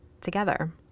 together